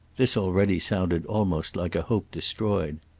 this already sounded almost like a hope destroyed.